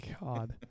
god